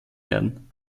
werden